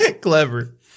Clever